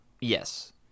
Yes